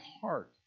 heart